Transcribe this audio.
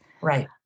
Right